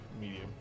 medium